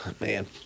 Man